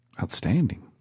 Outstanding